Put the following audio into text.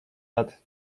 lat